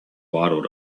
waddled